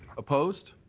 opposed?